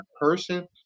person